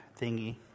thingy